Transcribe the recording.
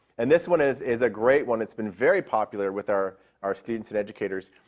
and this one is is a great one. it's been very popular with our our students and educators.